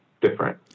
different